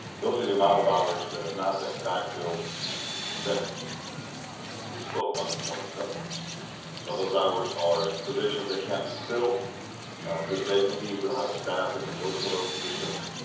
those are the amount of hours that have not been back-filled since we spoke on the twenty seventh. now those hours are positions they can't be filled due to vacancies. we don't have the staff that can be ordered for those positions.